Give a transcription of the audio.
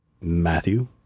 Matthew